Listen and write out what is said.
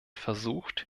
versucht